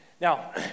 Now